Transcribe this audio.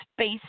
space